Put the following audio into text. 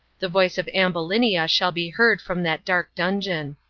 the voice of ambulinia shall be heard from that dark dungeon.